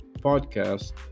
podcast